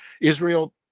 Israel